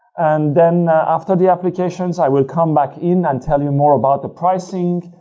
and then after the applications i will come back in and tell you more about the pricing,